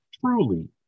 truly